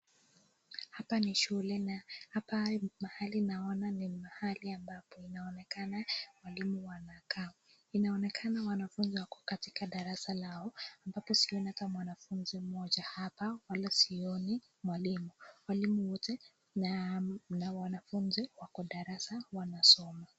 Hapa ni shule na hapa ni mahali naona ni mahali ambapo inaonekana walimu. Inaonekana wanafuzi wako katika darasa lao, ambapo sioni ata mwanafuzi mmoja hapa wala sioni mwalimu. Walimu wote na wanafuzi wako darasa wanasoma.